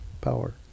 power